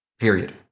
period